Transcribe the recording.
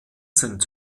sind